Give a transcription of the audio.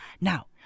Now